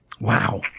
Wow